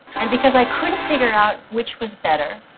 and because i couldn't figure out which was better,